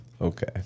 Okay